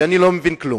שאני לא מבין כלום.